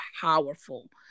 powerful